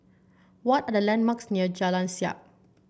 what are the landmarks near Jalan Siap